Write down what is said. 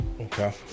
Okay